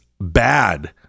bad